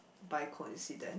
by coincident